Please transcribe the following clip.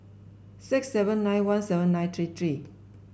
six seven nine one seven nine three three